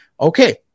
Okay